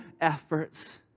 efforts